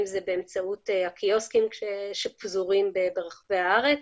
אם זה באמצעות הקיוסקים שפזורים ברחבי הארץ.